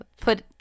put